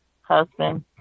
husband